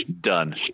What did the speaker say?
done